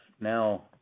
now